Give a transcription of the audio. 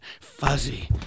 fuzzy